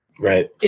Right